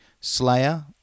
Slayer